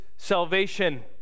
salvation